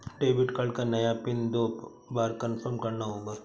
debit card का नया PIN दो बार कन्फर्म करना होगा